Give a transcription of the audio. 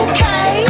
Okay